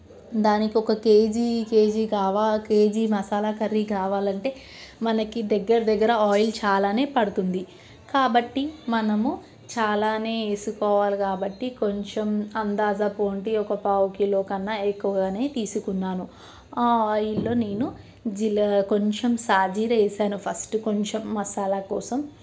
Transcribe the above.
దానికి ఒక kg kg కావాలి కేజీ మసాలా కర్రీ కావాలంటే మనకి దగ్గర దగ్గర ఆయిల్ చాలానే పడుతుంది కాబట్టి మనము చాలానే వేసుకోవాలి కాబట్టి కొంచెం అందాజ పొంటి ఒక పావు కిలో కన్నా ఎక్కువగానే తీసుకున్నాను ఆ ఆయిల్లో నేను జీల కొంచెం సాజీర వేసాను ఫస్ట్ కొంచెం మసాలా కోసం